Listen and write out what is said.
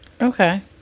Okay